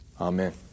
Amen